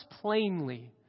plainly